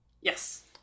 Yes